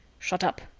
shut up.